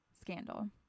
scandal